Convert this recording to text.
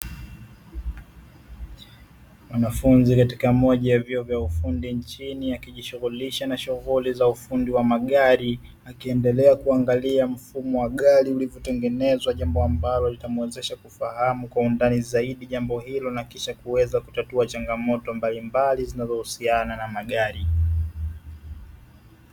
Mwanafunzi katika moja ya vyuo vya ufundi nchini akijishughulisha na shughuli za ufundi wa magari, akiendelea kuangalia mfumo wa gari ulivyotengenezwa, jambo litamuwezesha kufahamu zaidi jambo hilo na kisha kuweza kutatua changamoto mbalimbali zinazohusiana na magari.